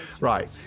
Right